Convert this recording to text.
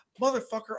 Motherfucker